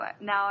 now